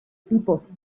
tipos